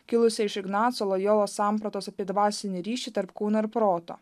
kilusia iš ignaco lojolos sampratos apie dvasinį ryšį tarp kūno ir proto